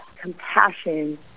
compassion